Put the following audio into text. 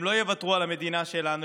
הם לא יוותרו על המדינה שלנו,